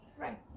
right